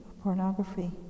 pornography